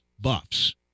buffs